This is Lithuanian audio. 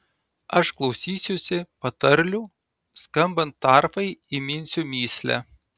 aš klausysiuosi patarlių skambant arfai įminsiu mįslę